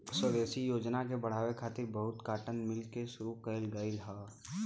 स्वदेशी योजना के बढ़ावे खातिर बहुते काटन मिल के शुरू कइल गइल रहे